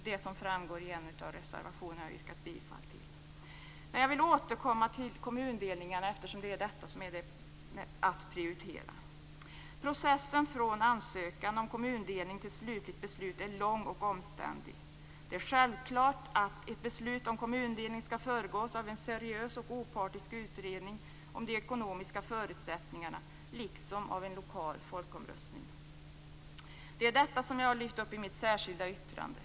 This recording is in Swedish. Detta framgår av en av de reservationer som jag har yrkat bifall till. Jag vill återkomma till frågan om kommundelning eftersom det är vad vi har att prioritera. Processen från ansökan om kommundelning till slutligt beslut är lång och omständlig. Det är självklart att ett beslut om kommundelning skall föregås av en seriös och opartisk utredning om de ekonomiska förutsättningarna liksom av en lokal folkomröstning. Det är detta som jag lyfter fram i mitt särskilda yttrande.